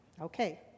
Okay